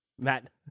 Matt